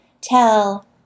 tell